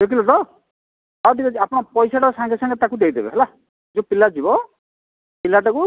ଦୁଇ କିଲୋ ତ ହଉ ଠିକ୍ ଅଛି ଆପଣ ପଇସାଟା ସାଙ୍ଗେ ସାଙ୍ଗେ ତାକୁ ଦେଇଦେବେ ହେଲା ଯେଉଁ ପିଲା ଯିବ ପିଲାଟାକୁ